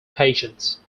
patients